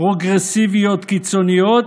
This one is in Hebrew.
פרוגרסיביות קיצוניות,